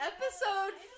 Episode